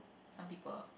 some people